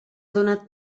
donat